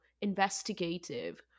investigative